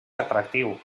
atractiu